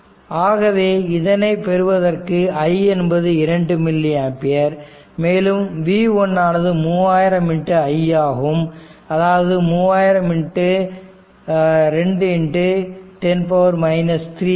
ஆகவே இதனை பெறுவதற்கு i என்பது 2 மில்லி ஆம்பியர் மேலும் V1 ஆனது 3000i ஆகும் எனவே இது 3000 210 3ஆகும்